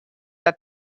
that